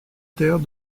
terre